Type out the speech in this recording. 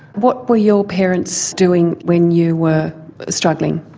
what were your parents doing when you were struggling?